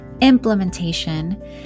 implementation